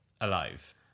alive